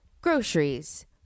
groceries